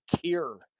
cure